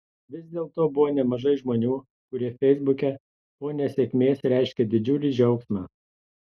vis dėlto buvo nemažai žmonių kurie feisbuke po nesėkmės reiškė didžiulį džiaugsmą